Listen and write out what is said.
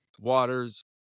Waters